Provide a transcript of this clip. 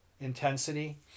intensity